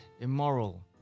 immoral